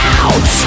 out